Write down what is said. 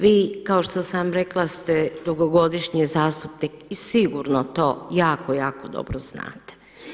Vi kao što sam vam rekla ste dugogodišnji zastupnik i sigurno to jako, jako dobro znate.